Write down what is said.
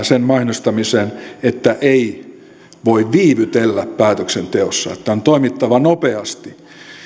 sen mainostamiseen että ei voi viivytellä päätöksenteossa että on toimittava nopeasti